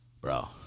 bro